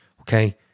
okay